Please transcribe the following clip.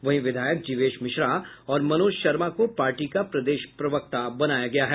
वहीं विधायक जिवेश मिश्रा और मनोज शर्मा को पार्टी का प्रदेश प्रवक्ता बनाया गया है